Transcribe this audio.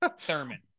Thurman